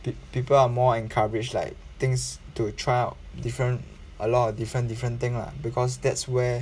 pe~ people are more encourage like things to try out different a lot of different different thing lah because that's where